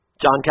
John